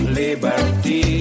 liberty